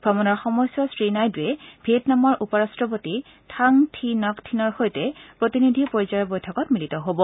ভ্ৰমণৰ সময়ছোৱাত শ্ৰীনাইডুৱে ভিয়েটনামৰ উপ ৰাষ্টপতি ডাং থী নগ থীনৰ সৈতে প্ৰতিনিধি পৰ্যায়ৰ বৈঠকত মিলিত হ'ব